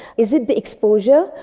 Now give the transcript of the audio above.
is it the exposure?